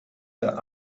der